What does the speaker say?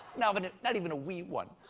not even not even a wee one.